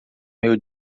meu